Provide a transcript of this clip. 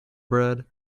bread